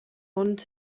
ond